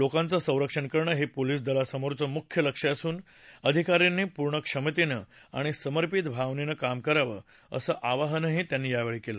लोकांचं संरक्षण करणं हे पोलीसदलासमोरचं मुख्य लक्ष्य असून अधिकाऱ्यांनी पूर्ण क्षमतेनं आणि समर्पित भावनेनं काम करावं असं आवाहनही त्यांनी केलं